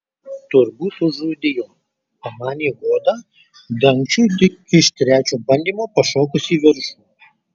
turbūt užrūdijo pamanė goda dangčiui tik iš trečio bandymo pašokus į viršų